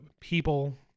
people